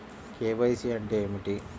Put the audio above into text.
KYC అంటే ఏమిటి?